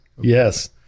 Yes